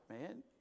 man